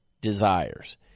desires